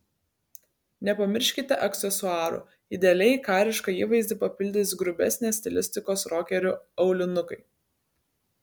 nepamirškite aksesuarų idealiai karišką įvaizdį papildys grubesnės stilistikos rokerių aulinukai